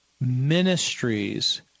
ministries